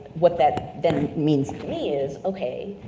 what that then means to me is, okay,